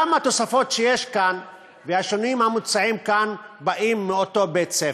גם התוספות שיש כאן והשינויים המוצעים כאן באים מאותו בית-ספר.